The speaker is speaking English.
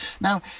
Now